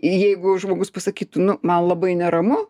jeigu žmogus pasakytų nu man labai neramu